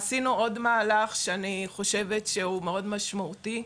עשינו עוד מהלך שאני חושבת שהוא מאוד משמעותי,